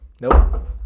Nope